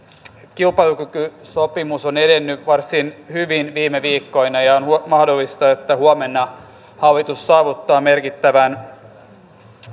kilpailukykysopimus on edennyt varsin hyvin viime viikkoina ja on mahdollista että huomenna hallitus saavuttaa merkittävän